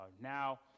now